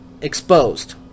exposed